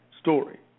story